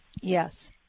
Yes